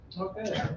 Okay